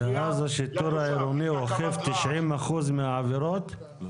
ואז השיטור העירוני אוכף 90% מהעבירות?